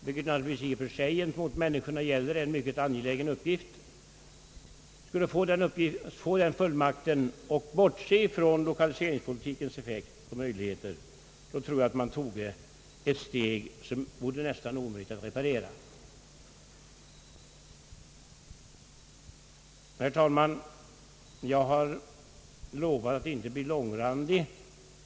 — vilket naturligtvis i och för sig för de människor det gäller är en angelägen uppgift — och bortsåg från lokaliseringspolitikens möjligheter, tror jag att man skulle ha tagit ett steg som det vore nästan omöjligt att reparera. Herr talman! Jag har lovat att inte bli långrandig.